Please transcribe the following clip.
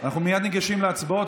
אנחנו מייד ניגשים להצבעות.